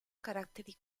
caratteri